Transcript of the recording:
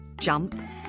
jump